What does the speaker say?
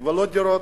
ולא דירות.